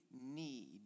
need